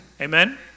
Amen